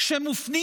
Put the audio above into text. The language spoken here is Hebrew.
שמופנים